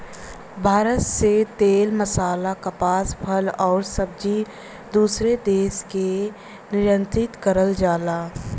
भारत से तेल मसाला कपास फल आउर सब्जी दूसरे देश के निर्यात करल जाला